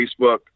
Facebook